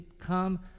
come